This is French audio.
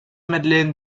madeleine